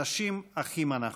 אנשים אחים אנחנו.